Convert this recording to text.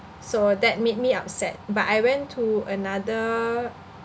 so that made me upset but I went to another